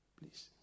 Please